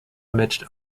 omits